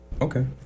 Okay